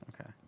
Okay